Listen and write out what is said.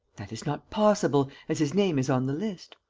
that is not possible, as his name is on the list.